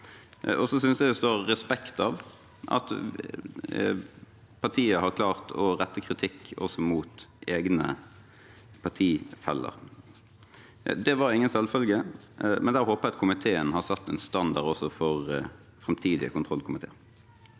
Jeg synes det står respekt av at partier har klart å rette kritikk også mot egne partifeller. Det var ingen selvfølge, men der håper jeg at komiteen har satt en standard for framtidige kontrollkomiteer.